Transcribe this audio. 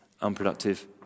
unproductive